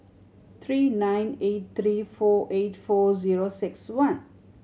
three nine eight three four eight four zero six one